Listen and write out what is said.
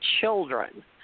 children